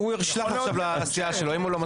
הוא ישלח עכשיו לסיעה שלו, ואם הוא לא מספיק?